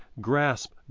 grasp